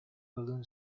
balloon